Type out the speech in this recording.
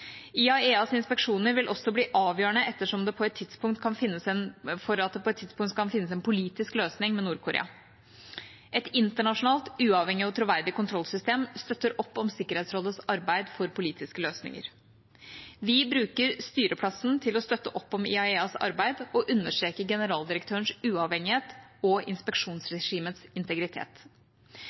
IAEAs inspeksjoner vil også bli avgjørende dersom det på et tidspunkt kan finnes en politisk løsning med Nord-Korea. Et internasjonalt, uavhengig og troverdig kontrollsystem støtter opp om Sikkerhetsrådets arbeid for politiske løsninger. Vi bruker styreplassen til å støtte opp om IAEAs arbeid og understreker generaldirektørens uavhengighet og inspeksjonsregimets integritet.